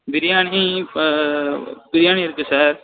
பிரியாணி இப்போ பிரியாணி இருக்குது சார்